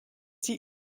die